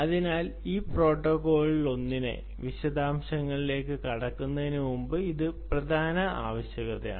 അതിനാൽ ഈ പ്രോട്ടോക്കോളുകളിലൊന്നിന്റെ വിശദാംശങ്ങളിലേക്ക് കടക്കുന്നതിന് മുമ്പ് ഇത് പ്രധാന ആവശ്യകതയാണ്